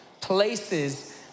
Places